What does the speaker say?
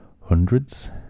hundreds